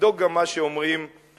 לבדוק גם את מה שאומרים לגביו,